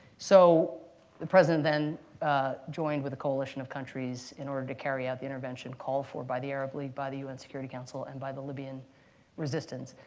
so the president then joined with a coalition of countries in order to carry out the intervention called for by the arab league, by the un security council, and by the libyan resistance.